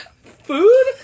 Food